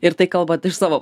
ir tai kalbat iš savo